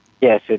Yes